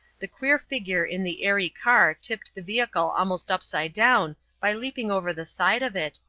the queer figure in the airy car tipped the vehicle almost upside down by leaping over the side of it,